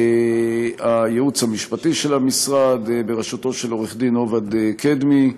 הייעוץ המשפטי של המשרד בראשותו של עורך-דין עובד קדמי,